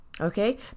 Okay